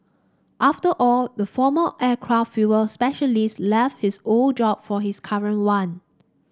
after all the former aircraft fuel specialist left his old job for his current one